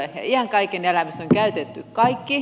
ja iän kaiken eläimistä on käytetty kaikki